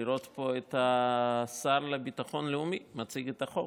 לראות פה את השר לביטחון לאומי מציג את החוק.